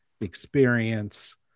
experience